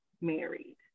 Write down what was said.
married